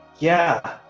yeah,